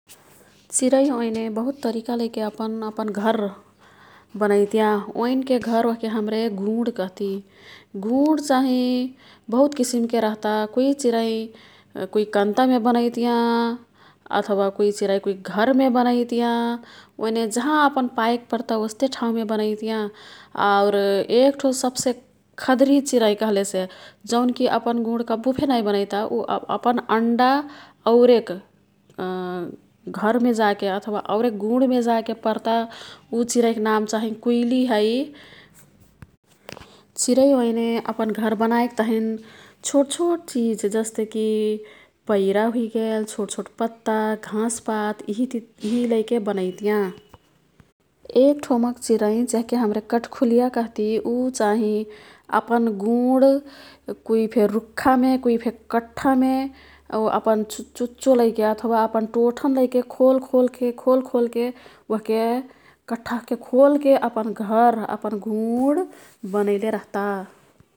चिरै ओईने बहुत तरिका लैके अपन अपन घर बनैतियाँ। ओईनके घर ओह्के हाम्रे गुण कह्ती। गुण चाहिँ बहुत किसिमके रह्ता। कुई चिरै कुई कन्तामे बनैतियाँ अथवा कुई चिरै कुइक घरमे बनैतियाँ। ओइने जहाँ अपन पायक पर्ता ओस्ते ठाउँमे बनैतियाँ। आउर एक्ठो सब्से खधरी चिरै कहलेसे जौन्की अपन गुण कब्बुफे नाइ बनैता। ऊ अपन अन्डा औरेक घरमे जाके अथवा औरक गुण्ड मे जाके पर्ता। ऊ चिरैक नाम चाहिँ कुइली है। चिरै ओइने अपन घर बनाईक तहिन छोटछोट चिज जस्तेकी पैरा हुइगेल। छोटछोट पत्ता घाँसपात इहिलैके बनैतियाँ। एकठोमक चिरै जेह्के हमरे कठ्खुलिया कहती ऊ चाहिँ अपन गुण कुईफे रुख्खामे ,कुईफे कठ्ठामे ओ अपन चुच्चो लैके अथवा अपन टोठन लैके खोल्खोलके खोल्खोलके ओह्के ,कठ्ठा ओह्के खोलके अपन घर, अपन गुण बनैले रहता।